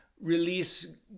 release